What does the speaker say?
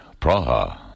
Praha